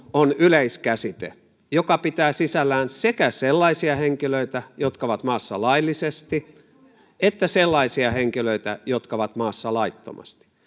on yleiskäsite joka pitää sisällään sekä sellaisia henkilöitä jotka ovat maassa laillisesti että sellaisia henkilöitä jotta ovat maassa laittomasti